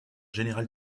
général